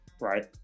right